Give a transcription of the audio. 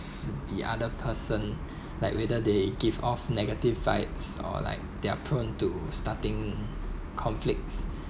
the other person like whether they give off negative fights or like they're prone to starting conflicts